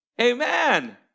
Amen